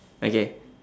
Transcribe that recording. okay